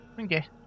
Okay